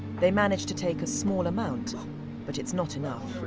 they manage to take a small amount but it's not enough.